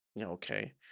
Okay